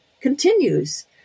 continues